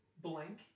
blank